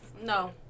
no